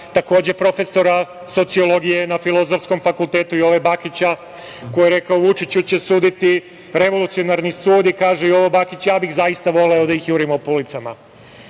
takođe profesora sociologije na Filozofskom fakultetu, Jove Bakića, koji je rekao: "Vučiću će suditi revolucionarni sud. Ja bih zaista voleo da ih jurimo po